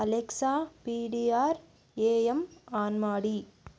Alexa P D R A M on ಮಾಡಿ